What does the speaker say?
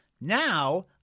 Now